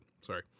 Sorry